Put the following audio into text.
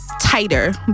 tighter